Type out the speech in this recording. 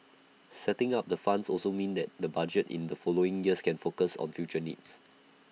setting up the funds also means that the budgets in the following years can focus on future needs